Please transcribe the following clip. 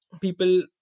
people